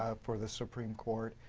ah for the supreme court.